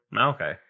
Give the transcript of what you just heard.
Okay